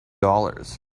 dollars